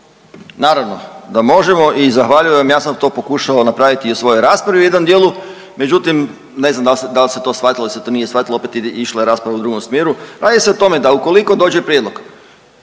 Naravno da možemo i zahvaljujem. Ja sam to pokušao napraviti i u svojoj raspravi u jednom dijelu, međutim, ne znam da li se to shvatilo ili se to nije shvatilo, opet išla je rasprava u drugom smjeru. Radi se o tome da ukoliko dođe prijedlog,